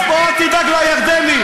אתה לא מבין על מה אתה מדבר.